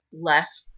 left